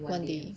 one day